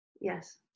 Yes